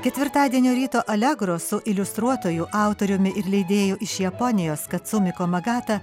ketvirtadienio ryto alegro su iliustruotoju autoriumi ir leidėju iš japonijos katsumi komagata